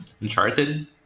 Uncharted